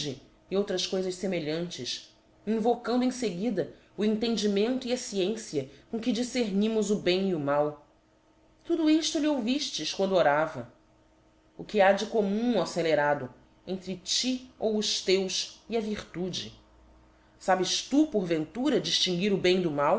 e outras coifas femelhantes invocando em fcguida o entendimento e a f ciência com que dif cernimos o bem e o mal tudo ifto lhe ouviftes quando orava o que ha de commum ó fcelerado entre ti eu os teus e a virtude sabes tu por ventura diftinguir o bem do mal